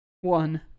One